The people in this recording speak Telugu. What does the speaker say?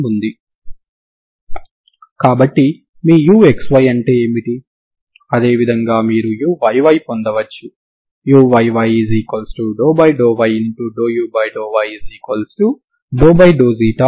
కాబట్టి ఈ సందర్భంలో మీరు f1ct x ని వ్రాయాలి అప్పుడు 12c0xctg1sds0 మాత్రమే ఉంటుంది